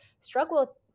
struggle